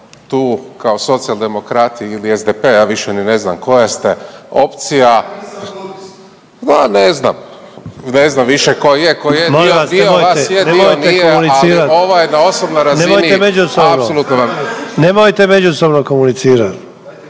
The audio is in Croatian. tu kao Socijaldemokrati ili SDP-a ja više ni ne znam koja ste opcija, ma ne znam, ne znam više tko je tko je, dio vas je dio nije …/Upadica: Molim vas nemojte komunicirati./…